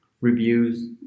reviews